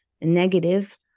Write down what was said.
negative